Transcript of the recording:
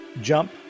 jump